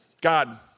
God